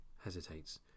hesitates